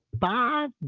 five